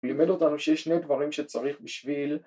‫לימד אותנו שיש שני דברים ‫שצריך בשביל.